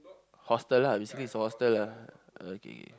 hostel lah basically it's a hostel lah okay K